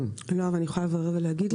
לא, אבל אני יכולה לברר ולהגיד לך.